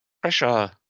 Pressure